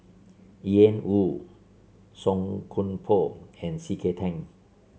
Ian Woo Song Koon Poh and C K Tang